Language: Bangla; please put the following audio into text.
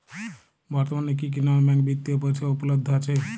বর্তমানে কী কী নন ব্যাঙ্ক বিত্তীয় পরিষেবা উপলব্ধ আছে?